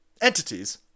entities